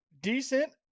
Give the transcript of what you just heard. decent